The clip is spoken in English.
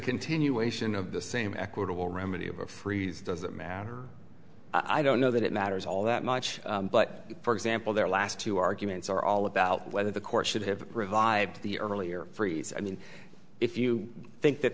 continuation of the same equitable remedy of a freeze does that matter i don't know that it matters all that much but for example their last two arguments are all about whether the court should have revived the earlier phrase i mean if you think that